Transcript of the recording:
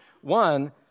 One